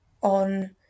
on